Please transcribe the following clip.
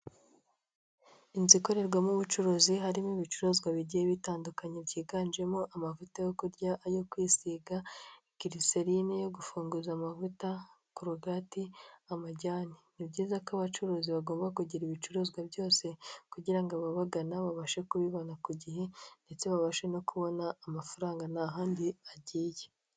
Inzu ikorerwamo ubucuruzi harimo ibicuruzwa bigiye bitandukanye byiganjemo amavuta yo kurya, ayo kwisiga, Gereserine yo gufunguza amavuta, korogati ,amajyane, ni byiza ko abacuruzi bagomba kugira ibicuruzwa byose kugira ngo ababagana babashe kubibona ku gihe ndetse babashe no kubona amafaranga nta handi agiye.